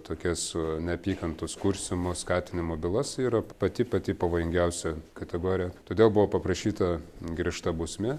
tokias su neapykantos kurstymo skatinimo bylas yra pati pati pavojingiausia kategorija todėl buvo paprašyta griežta bausmė